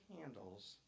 handles